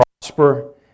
prosper